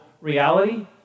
reality